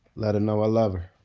let her know i love her